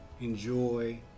enjoy